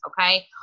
okay